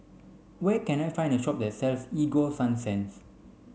where can I find a shop that sells Ego Sunsense